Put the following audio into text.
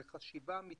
זאת חשיבה אמיתית.